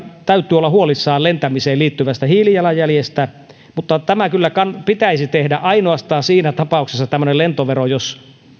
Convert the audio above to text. täytyy olla huolissamme lentämiseen liittyvästä hiilijalanjäljestä mutta tämmöinen lentovero kyllä pitäisi tehdä ainoastaan siinä tapauksessa jos